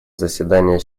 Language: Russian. заседания